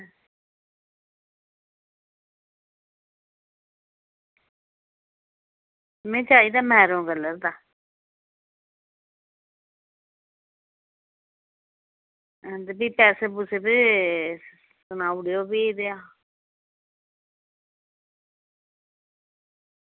में चाहिदा maroon colour दा हां ते भी पैसे पूसे बी सनाई ओड़ेओ फ्ही